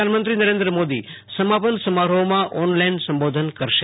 પ્રધાનમંત્રી નરેન્દ્ર મોદી સમાપન સમારોહમાં ઓનઇાઈન સંબોધન કરશે